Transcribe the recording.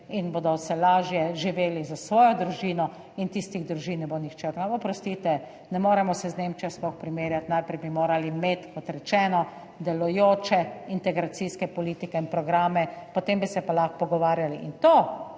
in bodo lažje živeli za svojo družino in tistih družin ne bo nihče, oprostite, ne moremo se z Nemčijo sploh primerjati, najprej bi morali imeti, kot rečeno, delujoče integracijske politike in programe, potem bi se pa lahko pogovarjali. In to